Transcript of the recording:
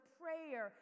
prayer